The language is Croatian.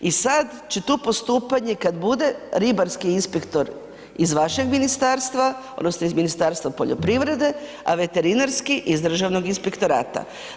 I sad će tu postupanje kad bude ribarski inspektor iz vašeg ministarstva odnosno iz Ministarstva poljoprivrede, a veterinarski iz Državnog inspektorata.